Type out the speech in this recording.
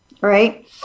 Right